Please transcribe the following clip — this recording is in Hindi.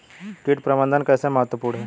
कीट प्रबंधन कैसे महत्वपूर्ण है?